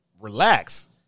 relax